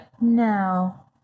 no